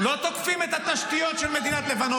אני לא מסכימה איתך --- לא תוקפים את התשתיות של מדינת לבנון,